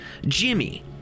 Jimmy